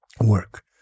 work